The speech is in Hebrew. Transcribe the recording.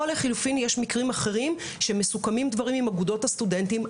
או לחילופין יש מקרים אחרים שמסוכמים דברים עם אגודות הסטודנטים,